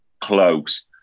Close